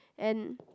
and